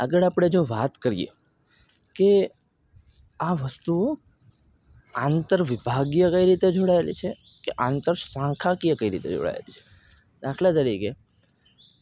આગળ આપણે જો વાત કરીએ કે આ વસ્તુઓ આંતરવિભાગીય કઈ રીતે જોડાયેલી છે કે આંતર શાખાકીય કઈ રીતે જોડાયેલી છે દાખલા તરીકે